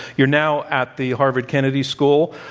you're now at the harvard kennedy school,